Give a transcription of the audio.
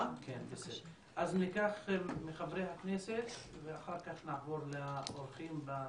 ניקח מחברי הכנסת ואחר כך נעבור לאורחים בזום.